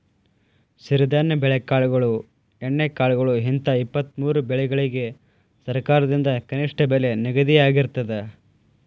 ಸಿರಿಧಾನ್ಯ ಬೆಳೆಕಾಳುಗಳು ಎಣ್ಣೆಕಾಳುಗಳು ಹಿಂತ ಇಪ್ಪತ್ತಮೂರು ಬೆಳಿಗಳಿಗ ಸರಕಾರದಿಂದ ಕನಿಷ್ಠ ಬೆಲೆ ನಿಗದಿಯಾಗಿರ್ತದ